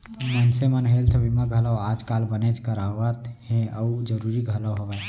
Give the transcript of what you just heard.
मनसे मन हेल्थ बीमा घलौ आज काल बनेच करवात हें अउ जरूरी घलौ हवय